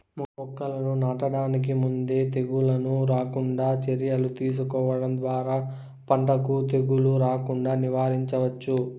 మొక్కలను నాటడానికి ముందే తెగుళ్ళు రాకుండా చర్యలు తీసుకోవడం ద్వారా పంటకు తెగులు రాకుండా నివారించవచ్చు